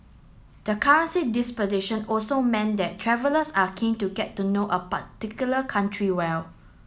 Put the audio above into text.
the currency disposition also meant that travellers are keen to get to know a particular country well